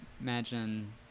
imagine